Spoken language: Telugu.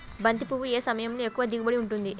బంతి పువ్వు ఏ సమయంలో ఎక్కువ దిగుబడి ఉంటుంది?